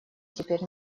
теперь